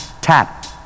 tap